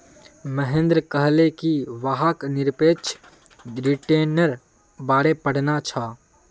महेंद्र कहले कि वहाक् निरपेक्ष रिटर्न्नेर बारे पढ़ना छ